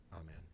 amen